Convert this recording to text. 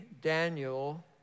Daniel